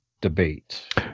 debate